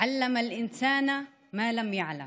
לימד את האדם את אשר לא יָדע".